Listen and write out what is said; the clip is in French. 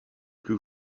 plus